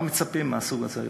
מה מצפים מהזוג הצעיר?